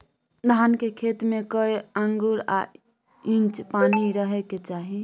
धान के खेत में कैए आंगुर आ इंच पानी रहै के चाही?